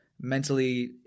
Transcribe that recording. mentally